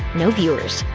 no viewers.